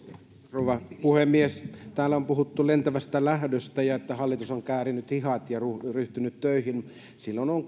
rouva puhemies täällä on puhuttu lentävästä lähdöstä ja siitä että hallitus on käärinyt hihat ja ryhtynyt töihin silloin on